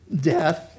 death